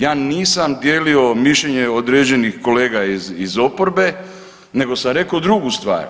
Ja nisam dijelio mišljenje određenih kolega iz oporbe nego sam rekao drugu stvar.